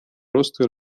росту